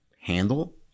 handle